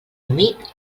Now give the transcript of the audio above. humit